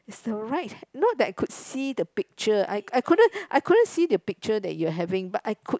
it's alright know that I could see the picture I I couldn't I couldn't see the picture that you are having but I could